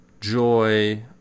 joy